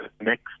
next